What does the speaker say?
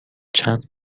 چند